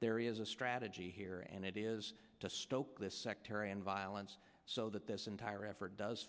there is a strategy here and it is to stoke this sectarian violence so that this entire effort does